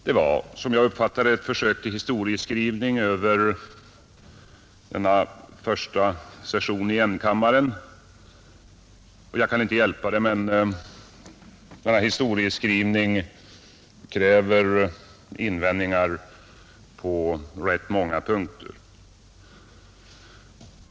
Det var, som jag uppfattade det, ett försök till historieskrivning över denna första session i enkammaren, Jag kan inte hjälpa det, men denna historieskrivning kräver invändningar på rätt många punkter.